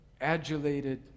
adulated